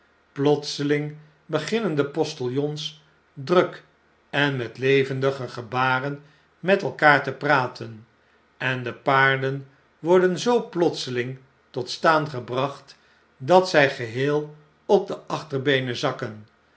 plotseling beginnen de postiljons druk en met levendige gebaren met elkaar te praten en de paarden worden zoo plotseling tot staan gebracht dat zjj geheel op de achterbeenen zakken